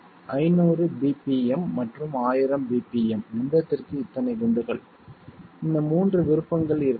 500 bpm மற்றும் 1000 bpm நிமிடத்திற்கு இத்தனை குண்டுகள் இந்த 3 விருப்பங்கள் இருக்க வேண்டும்